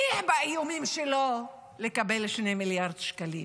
שבאיומים שלו הוא הצליח לקבל 2 מיליארד שקלים?